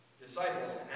Disciples